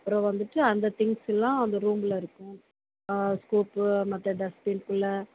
அப்புறம் வந்துட்டு அந்த திங்ஸ்ஸுலாம் அந்த ரூம்ல இருக்கும் சோப்பு மற்ற டஸ்ட்பின் குள்ளே